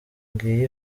ngiyi